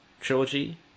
trilogy